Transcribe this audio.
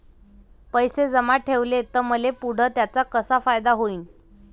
पैसे जमा ठेवले त मले पुढं त्याचा कसा फायदा होईन?